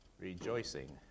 rejoicing